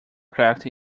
cracked